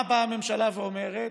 מה באה הממשלה ואומרת?